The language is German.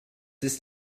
ist